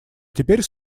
теперь